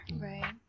Right